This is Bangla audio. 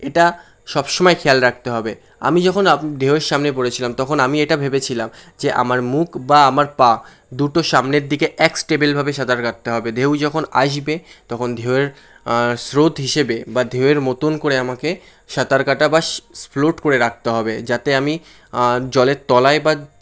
এটা সব সময় খেয়াল রাখতে হবে আমি যখন আপ ঢেউয়ের সামনে পড়েছিলাম তখন আমি এটা ভেবেছিলাম যে আমার মুখ বা আমার পা দুটো সামনের দিকে এক স্টেবেল্ভাবে সাঁতার কাটতে হবে ঢেউ যখন আসবে তখন ঢেউয়ের স্রোত হিসেবে বা ঢেউয়ের মতন করে আমাকে সাঁতার কাটা বা স ফ্লোট করে রাখতে হবে যাতে আমি জলের তলায় বা